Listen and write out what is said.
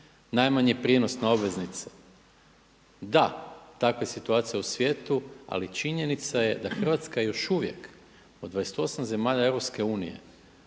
najmanji prinos na obveznice. Da, takva je situacija u svijetu, ali činjenica je da Hrvatska još uvijek od 28 zemalja EU